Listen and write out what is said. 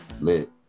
lit